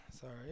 Sorry